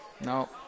no